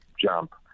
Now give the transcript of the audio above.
jump